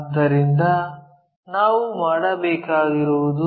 ಆದ್ದರಿಂದ ನಾವು ಮಾಡಬೇಕಾಗಿರುವುದು